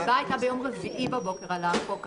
ההצבעה הייתה ביום רביעי בבוקר על החוק עצמו,